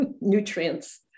nutrients